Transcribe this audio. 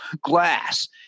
glass